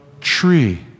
tree